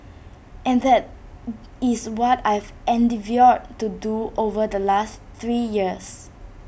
and that is what I've endeavoured to do over the last three years